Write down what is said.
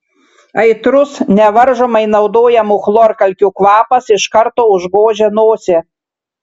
aitrus nevaržomai naudojamų chlorkalkių kvapas iš karto užgožė nosį